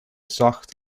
zacht